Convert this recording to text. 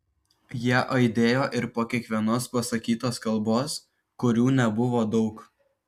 jie aidėjo ir po kiekvienos pasakytos kalbos kurių nebuvo daug